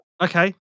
okay